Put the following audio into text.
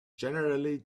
generally